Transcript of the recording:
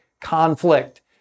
conflict